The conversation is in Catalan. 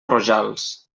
rojals